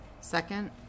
Second